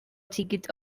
ticket